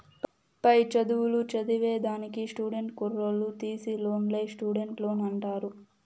పై చదువులు చదివేదానికి స్టూడెంట్ కుర్రోల్లు తీసీ లోన్నే స్టూడెంట్ లోన్ అంటారు